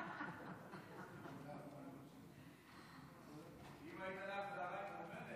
אם היה נח צוהריים כמו בנט,